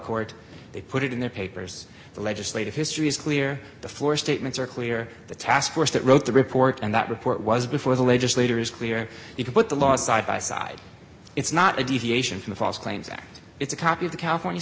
court they put it in their papers the legislative history is clear the floor statements are clear the task force that wrote the report and that report was before the legislator is clear you can put the law side by side it's not a deviation from the false claims act it's a copy of the california